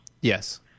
Yes